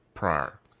prior